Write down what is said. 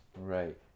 Right